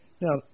Now